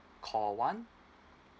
call one